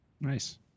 Nice